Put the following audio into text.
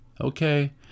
okay